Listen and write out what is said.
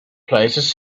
places